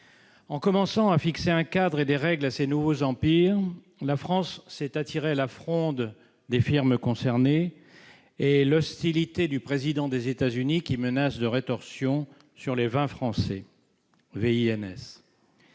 En commençant à fixer un cadre et des règles à ces nouveaux empires, la France s'est attiré la fronde des firmes concernées et l'hostilité du président des États-Unis qui nous menace de rétorsion sur les vins français.